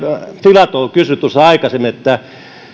filatov kysyi tuossa aikaisemmin